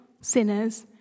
sinners